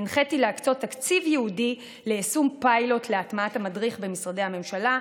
הנחיתי להקצות תקציב ייעודי ליישום פיילוט להטמעת המדריך במשרדי הממשלה,